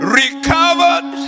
recovered